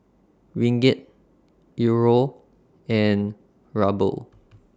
Ringgit Euro and Ruble